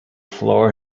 floor